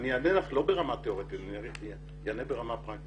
אני אענה לך לא ברמה תיאורטית אלא אני אענה ברמה פרקטית.